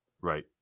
Right